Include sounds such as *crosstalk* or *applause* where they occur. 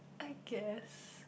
I guess *breath*